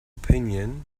opinion